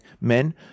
Men